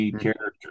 character